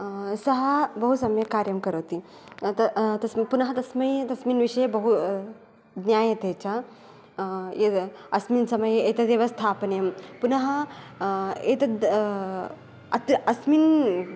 स बहु सम्यक् कार्यं करोति पुन तस्मै तस्मिन् विषये बहु ज्ञायते च यत् अस्मिन् समये एतदेव स्थापनीयं पुन एतत् अत्र अस्मिन्